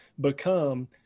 become